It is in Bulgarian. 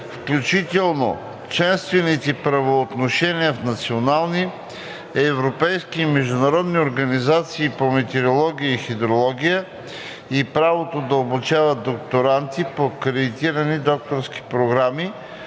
включително членствените правоотношения в национални, европейски и международни организации по метеорология и хидрология, и правото да обучава докторанти по акредитирани докторски програми